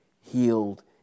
healed